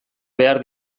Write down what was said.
behar